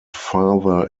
farther